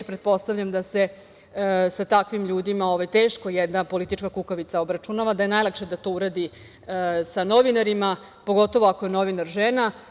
Pretpostavljam da se sa takvim ljudima teško jedna politička kukavica obračunava, da je najlakše da to uradi sa novinarima, pogotovo ako je novinar žena.